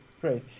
great